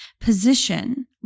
position